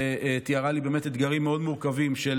שתיארה לי באמת אתגרים מאוד מורכבים של